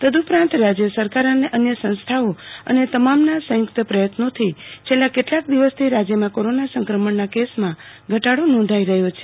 તદઉપરાંત રાજય સરકાર અને અન્ય સંસ્થાઓ અને તમામના સંયુકત પ્રયત્નોથી છેલ્લા કેટલાક દિવસથી રાજયમાં કોરોના સક્રમણના કેસોમાં ઘટાડો નોંધાઈ રહયો છે